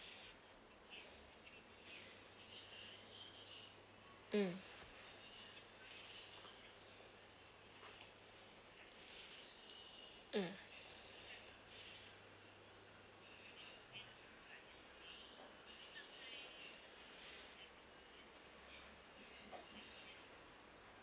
mm mm